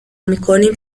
میکنیم